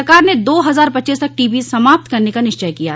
सरकार ने दो हज़ार पच्चीस तक टीबी समाप्त करने का निश्चय किया है